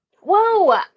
Whoa